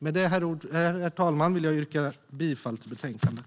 Med detta yrkar jag bifall till förslaget i betänkandet.